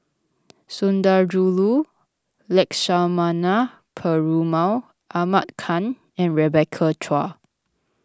Sundarajulu Lakshmana Perumal Ahmad Khan and Rebecca Chua